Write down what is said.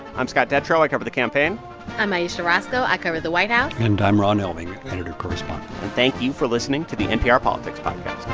i'm scott detrow. i cover the campaign i'm ayesha rascoe. i cover the white house and i'm ron elving, editor correspondent and thank you for listening to the npr politics but